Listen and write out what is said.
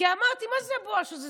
אמרתי: מה זה הבואש הזה?